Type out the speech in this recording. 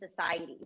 society